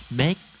make